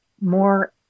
more